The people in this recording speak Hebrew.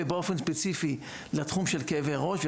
ובאופן ספציפי לתחום של כאבי ראש.